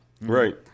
right